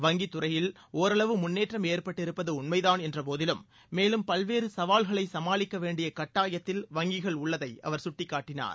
வங்கித்துறையில் ஒரளவு முன்னேற்றம் ஏற்பட்டிருப்பது உண்மைதான் என்ற போதிலும் மேலும் பல்வேறு சவால்களை சமாளிக்க வேண்டிய கட்டாயத்தில் வங்கிகள் உள்ளதை அவர் சுட்டிக்காட்டினார்